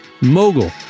mogul